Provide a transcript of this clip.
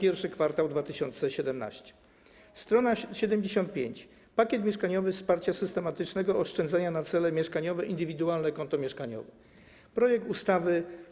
I kwartał 2017 r. Str. 75: Pakiet Mieszkanie+: Wsparcie systematycznego oszczędzania na cele mieszkaniowe, indywidualne konto mieszkaniowe - projekt ustawy: